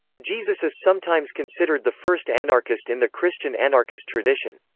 jesus is sometimes considered the first anarchist in the christian anarchist tradition.